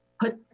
put